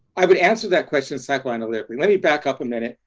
i would answer that question psychoanalytically. let me back up a minute.